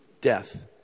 death